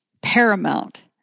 paramount